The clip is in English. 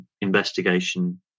investigation